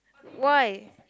why